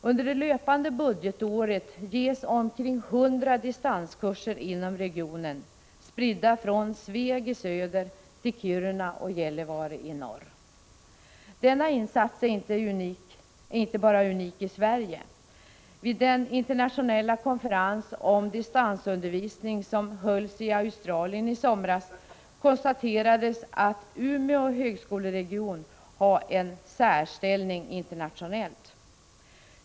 Under det löpande budgetåret ges omkring 100 distanskurser inom regionen, från Svegi söder till Kiruna och Gällivare i norr. Denna insats är inte unik enbart i Sverige. Vid den internationella konferens om distansundervisning som hölls i Australien i somras konstaterades nämligen att Umeå högskoleregion har en särställning också internationellt sett.